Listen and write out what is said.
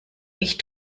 ich